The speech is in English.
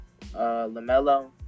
LaMelo